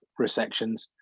resections